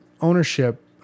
ownership